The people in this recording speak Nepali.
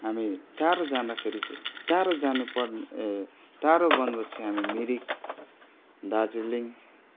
हामी टाढा जाँदाखेरि चाहिँ टाढा जानु बनभोज चाहिँ हामी मिरिक दार्जिलिङ